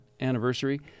anniversary